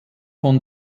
von